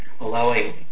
allowing